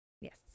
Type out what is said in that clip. Yes